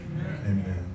Amen